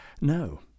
no